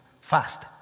fast